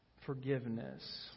Forgiveness